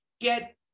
get